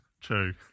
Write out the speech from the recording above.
True